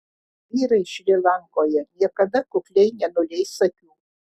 vyrai šri lankoje niekada kukliai nenuleis akių